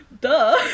Duh